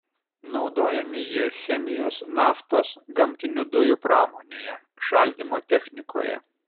naudojami jie chemijos naftos gamtinių dujų pramonėje šaldymo technikoje